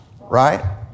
Right